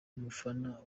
umufana